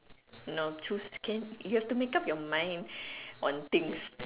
no choose can you have to make up your mind on things